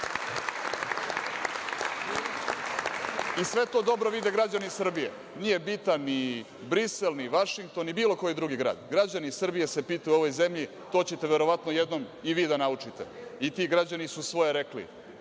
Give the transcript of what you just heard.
to dobro vide građani Srbije. Nije bitan ni Brisel, ni Vašington, ni bilo koji drugi grad. Građani Srbije se pitaju u ovoj zemlji. To ćete verovatno jednom i vi da naučiti i ti građani su svoje rekli